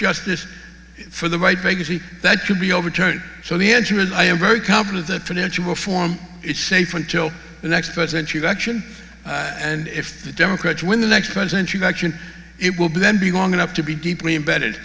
justice for the right vacancy that could be overturned so the answer was i am very confident that financial reform is safe until the next presidential election and if the democrats win the next presidential election it will then be long enough to be deeply embedded